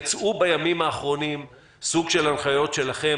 יצאו בימים האחרונים סוג של הנחיות שלכם